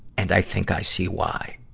and i think i see why.